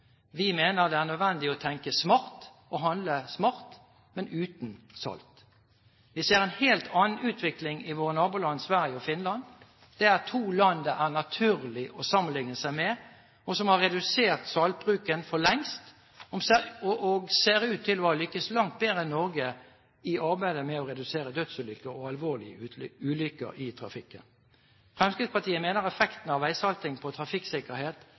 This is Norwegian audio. Vi mener det er nødvendig å tenke smart og handle smart, men uten salt. Vi ser en helt annen utvikling i våre naboland Sverige og Finland. Det er to land det er naturlig å sammenligne seg med, som har redusert saltbruken for lengst, og som ser ut til å ha lyktes langt bedre enn Norge i arbeidet med å redusere dødsulykker og alvorlige ulykker i trafikken. Fremskrittspartiet mener effekten av veisalting når det gjelder trafikksikkerhet,